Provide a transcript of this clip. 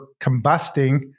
combusting